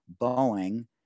boeing